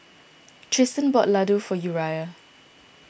Triston bought Ladoo for Uriah